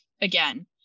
again